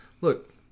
look